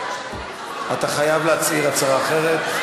אתה חייב להצהיר הצהרה אחרת,